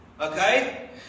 Okay